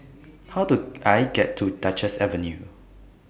How Do I get to Duchess Avenue